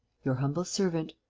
your humble servant.